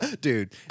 Dude